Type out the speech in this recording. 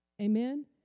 Amen